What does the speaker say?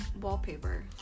wallpaper